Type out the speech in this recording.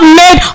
made